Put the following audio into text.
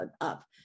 up